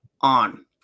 on